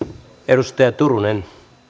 arvoisa puhemies